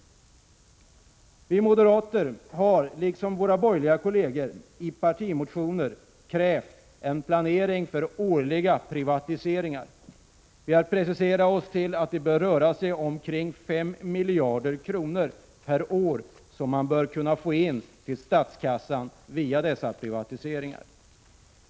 Vi moderater har liksom våra borgerliga kolleger i partimotioner krävt en planering för årliga privatiseringar. Vi har preciserat oss till att det bör röra sig omkring 5 miljarder kronor per år som man bör kunna få in till statskassan via dessa privatiseringar.